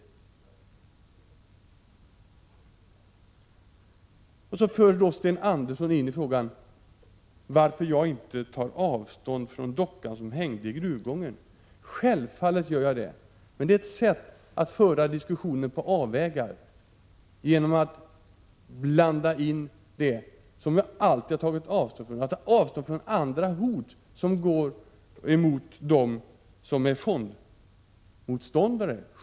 Så för Sten Andersson i Malmö in frågan varför jag inte tar avstånd från detta med dockan som hängde i gruvgången. Självfallet tar jag avstånd från den saken. Men det här är ett sätt att föra diskussionen på avvägar — genom att blanda in sådant som jag alltid har tagit avstånd från. Givetvis tar jag avstånd också från hot som riktas mot dem som är fondmotståndare.